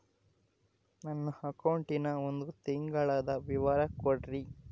ನನ್ನ ಅಕೌಂಟಿನ ಒಂದು ತಿಂಗಳದ ವಿವರ ಕೊಡ್ರಿ?